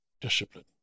discipline